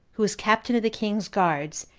who was captain of the king's guards,